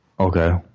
Okay